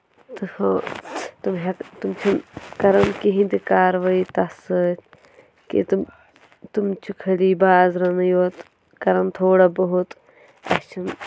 تہٕ ہُہ تِم ہٮ۪ک تِم چھِنہٕ کَرَان کِہیٖنۍ تہِ کاروٲیی تَتھ سۭتۍ کہِ تِم تِم چھِ خٲلی بازرَنٕے یوت کَرَان تھوڑا بہت اَسہِ چھُنہٕ